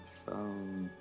phone